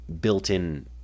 built-in